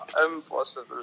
impossible